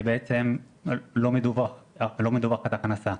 שלא מדווחת הכנסה.